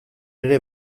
ere